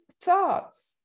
thoughts